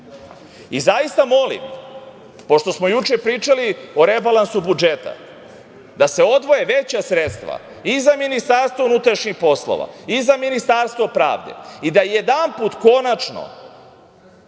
radila. Zaista molim, pošto smo juče pričali o rebalansu budžeta, da se odvoje veća sredstva i za Ministarstvo unutrašnjih poslova i za Ministarstvo pravde i da jedanput konačno